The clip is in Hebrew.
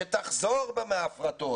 שתחזור בה מההפרטות.